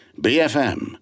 BFM